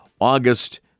August